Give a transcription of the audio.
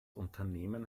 unternehmen